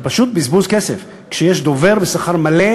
זה פשוט בזבוז כסף כשיש דובר בשכר מלא,